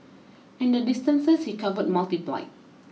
and the distances he covered multiplied